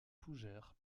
fougère